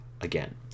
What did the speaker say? again